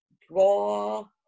draw